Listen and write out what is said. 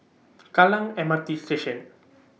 Kallang M R T Station